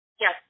Yes